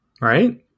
Right